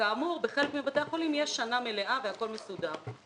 שכאמור בחלק מבתי החולים יש שנה מלאה והכול מסודר.